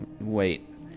wait